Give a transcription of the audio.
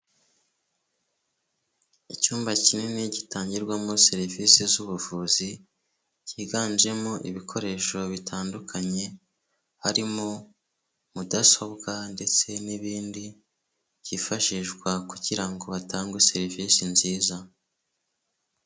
Icyumba kinini gitangirwamo serivisi z'ubuvuzi cyiganjemo ibikoresho bitandukanye, harimo mudasobwa ndetse n'ibindi byifashishwa kugira ngo batangewe serivisi nziza.